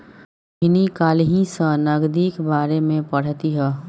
रोहिणी काल्हि सँ नगदीक बारेमे पढ़तीह